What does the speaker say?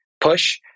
push